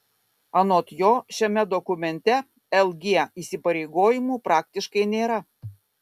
anot jo šiame dokumente lg įsipareigojimų praktiškai nėra